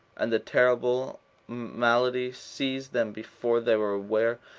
and the terrible malady seized them before they were aware,